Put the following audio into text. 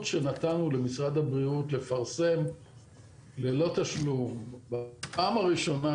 שנתנו למשרד הבריאות לפרסם ללא תשלום בפעם הראשונה,